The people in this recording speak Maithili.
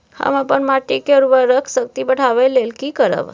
हम अपन माटी के उर्वरक शक्ति बढाबै लेल की करब?